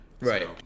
right